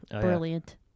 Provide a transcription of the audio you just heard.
Brilliant